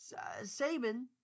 Saban